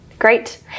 Great